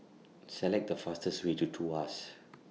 Select The fastest Way to Tuas